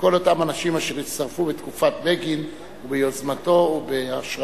וכל אותם אנשים אשר הצטרפו בתקופת בגין וביוזמתו ובהשראתו